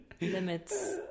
Limits